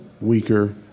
weaker